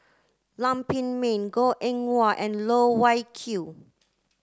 Lam Pin Min Goh Eng Wah and Loh Wai Kiew